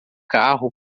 carro